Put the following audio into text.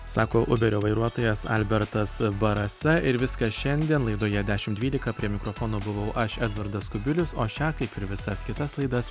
sako uberio vairuotojas albertas barasa ir viskas šiandien laidoje dešim dvylika prie mikrofono buvau aš edvardas kubilius o šią kaip ir visas kitas laidas